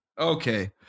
Okay